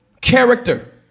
Character